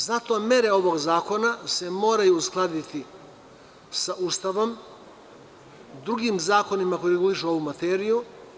Zato se mere ovog zakona moraju uskladiti sa Ustavom i drugim zakonima koji regulišu ovu materiju.